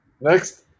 next